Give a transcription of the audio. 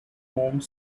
home